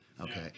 Okay